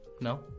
no